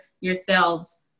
yourselves